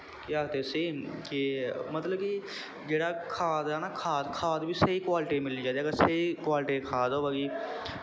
केह् आखदे उसी कि मतलब कि जेह्ड़ा खाद ऐ ना खाद खाद बा स्हेई क्वालटी मिलनी चाहिदी अगर स्हेई क्वालटी दी खाद होएगी